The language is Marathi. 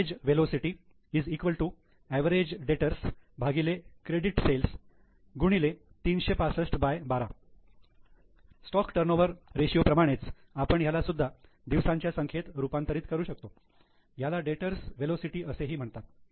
average debtors 365 debtors velocity X credit sales 12 stock turnover ratio प्रमाणेच आपण ह्याला सुद्धा दिवसांच्या संख्येत रूपांतरित करू शकतो ह्याला डेटर्स वेलोसिटी असेही म्हणतात